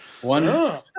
One